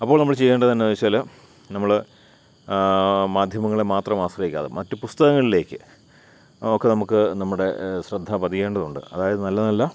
അപ്പോൾ നമ്മൾ ചെയ്യേണ്ടത് എന്നാന്നുവെച്ചാൽ നമ്മൾ മാധ്യമങ്ങളെ മാത്രം ആശ്രയിക്കാതെ മറ്റു പുസ്തകങ്ങളിലേക്ക് ഒക്കെ നമുക്ക് നമ്മുടെ ശ്രദ്ധ പതിയേണ്ടതുണ്ട് അതായത് നല്ല നല്ല